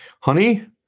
Honey